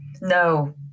No